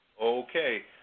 Okay